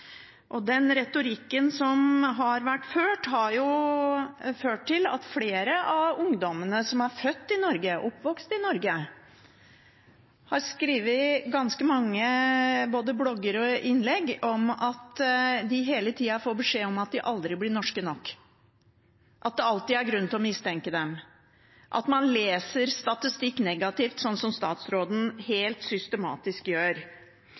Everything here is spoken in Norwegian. asylsøkere. Den retorikken som har blitt ført, har ført til at flere av ungdommene som er født i Norge og oppvokst i Norge, har skrevet ganske mange både blogger og innlegg om at de hele tiden får beskjed om at de aldri blir norske nok, at det alltid er grunn til å mistenke dem, at man leser statistikk negativt, som statsråden helt systematisk gjør.